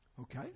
Okay